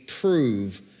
prove